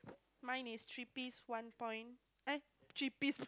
mine is three piece one point eh three piece